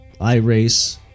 iRace